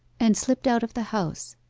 and slipped out of the house.